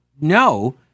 no